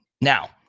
Now